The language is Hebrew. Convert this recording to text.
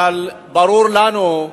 אבל ברור לנו: